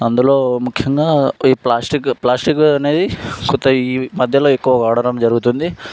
అందులో ముఖ్యంగా ఈ ప్లాస్టిక్ ప్లాస్టిక్ అనేది కొత్తగా ఈ మధ్యలో ఎక్కువగా వాడడం జరుగుతుంది